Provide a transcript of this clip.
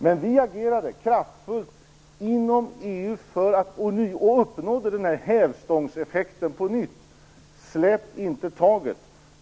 Men vi agerade kraftfullt inom EU och uppnådde den här hävstångseffekten på nytt, släpp inte taget!